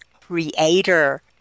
creator